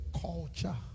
culture